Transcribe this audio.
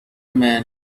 man